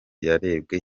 yarebwe